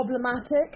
problematic